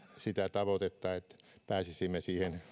sitä tavoitetta että pääsisimme